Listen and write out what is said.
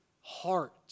heart